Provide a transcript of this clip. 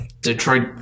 Detroit